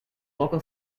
local